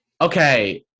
Okay